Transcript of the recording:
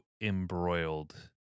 embroiled